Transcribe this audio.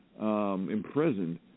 imprisoned